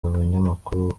umunyamakuru